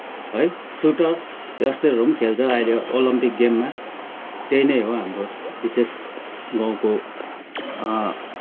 है सुटर यस्तोहरू पनि खेल्छ अहिले ओलम्पिक गेममा त्यही नै हाम्रो विशेष गाउँको